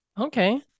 Okay